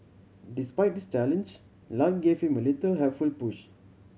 despite this challenge luck gave him a little helpful push